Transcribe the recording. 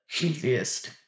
easiest